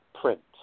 print